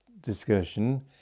discussion